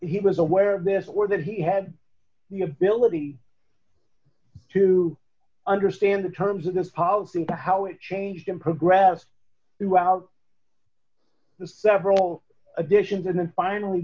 he was aware of this or that he had the ability to understand the terms of this policy to how it changed in progress throughout the several additions and then finally